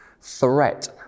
Threat